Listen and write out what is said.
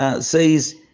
says